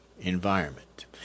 environment